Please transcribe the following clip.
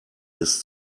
ist